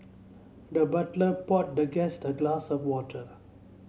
the butler poured the guest a glass of water